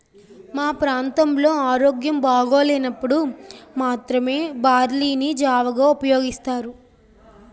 మా ప్రాంతంలో ఆరోగ్యం బాగోలేనప్పుడు మాత్రమే బార్లీ ని జావగా ఉపయోగిస్తారు